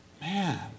Man